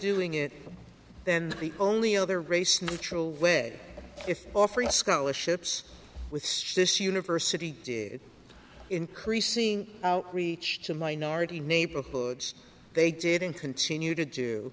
doing it then the only other race neutral way if offering scholarships with this university did increasing outreach to minority neighborhoods they did and continue to do